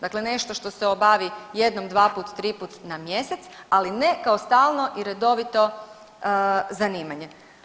Dakle, nešto što se obavi jednom, dvaput, triput na mjesec, ali ne kao stalno i redovito zanimanje.